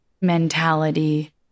mentality